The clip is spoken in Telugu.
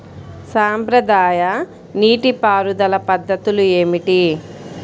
సాంప్రదాయ నీటి పారుదల పద్ధతులు ఏమిటి?